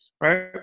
right